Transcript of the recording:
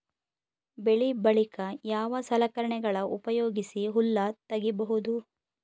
ಬೆಳಿ ಬಳಿಕ ಯಾವ ಸಲಕರಣೆಗಳ ಉಪಯೋಗಿಸಿ ಹುಲ್ಲ ತಗಿಬಹುದು?